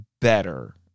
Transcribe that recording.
better